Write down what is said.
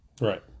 right